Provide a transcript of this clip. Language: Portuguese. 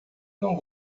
não